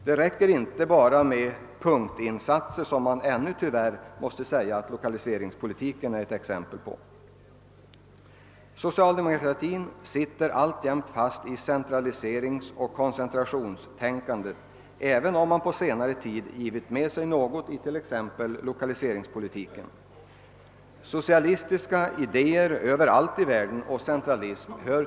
Det räcker inte enbart med punktinsatser, något som tyvärr ännu måste sägas karakterisera lokaliseringspolitiken i detta sammanhang. Socialdemokratin sitter alltjämt fast i centraliseringsoch koncentrationstänkandet, även om man på senare tid givit med sig något inom t.ex. lokaliseringspolitiken. Överallt i världen hör tyvärr socialistiska idéer och centralism ihop.